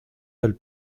del